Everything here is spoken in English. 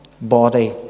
body